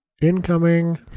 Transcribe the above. incoming